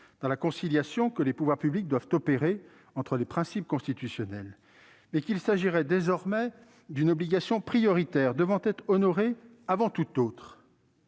dans la conciliation que les pouvoirs publics doivent opérer entre les principes constitutionnels, mais qu'il s'agirait désormais d'une obligation prioritaire, devant être honorée avant toute autre.